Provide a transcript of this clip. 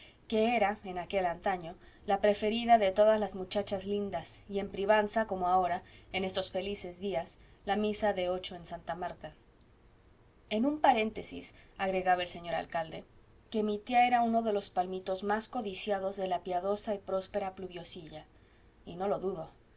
que era en aquel antaño la preferida de todas las muchachas lindas y en privanza como ahora en estos felices días la misa de ocho en santa marta en un paréntesis agregaba el señor alcalde que mi tía era uno de los palmitos más codiciados de la piadosa y próspera pluviosilla y no lo dudo